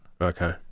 Okay